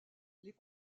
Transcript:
les